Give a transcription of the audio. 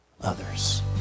others